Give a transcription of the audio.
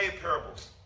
parables